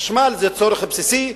חשמל זה צורך בסיסי,